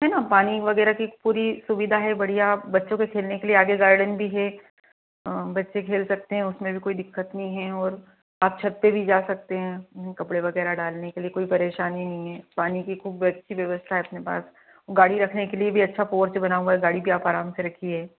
है ना पानी वग़ैरह की पूरी सुविधा है बढ़िया बच्चों के खेलने के लिए आगे गार्डन भी है बच्चे खेल भी सकते हैं उसमें भी कोई दिक़्क़त नहीं है और आप छत पर भी जा सकते हैं वह कपड़े वग़ैरह डालने के लिए कोई परेशानी नहीं है पानी की ख़ूब अच्छी व्यवस्था है अपने पास गाड़ी रखने के लिए भी अच्छा पोर्च बना हुआ गाड़ी भी आप आराम से रखिए